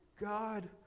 God